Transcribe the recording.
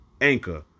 Anchor